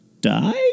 die